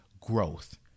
Growth